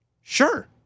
Sure